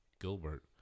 Gilbert